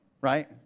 right